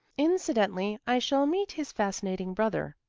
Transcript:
incidentally i shall meet his fascinating brother.